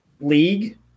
league